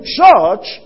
church